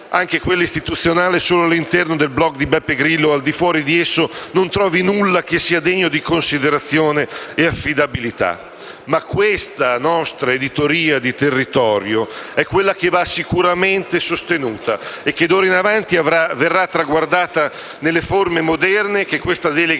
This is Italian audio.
anche quella istituzionale, solo all'interno del *blog* di Beppe Grillo, all'infuori di esso non trovi nulla che sia degno di considerazione e affidabilità, ma questa nostra editoria di territorio va assolutamente sostenuta e d'ora in avanti verrà traguardata nelle forme moderne che questa delega